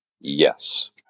yes